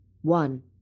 One